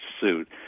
suit